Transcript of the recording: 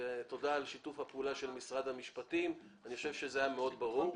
ותודה על שיתוף הפעולה של משרד המשפטים אני חושב שזה היה מאוד ברור.